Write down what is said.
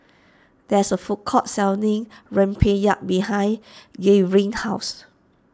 there is a food court selling Rempeyek behind Gavyn's house